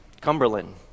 Cumberland